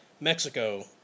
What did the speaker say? Mexico